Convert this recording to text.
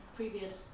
previous